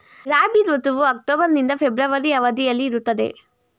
ರಾಬಿ ಋತುವು ಅಕ್ಟೋಬರ್ ನಿಂದ ಫೆಬ್ರವರಿ ಅವಧಿಯಲ್ಲಿ ಇರುತ್ತದೆ